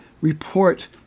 report